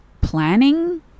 planning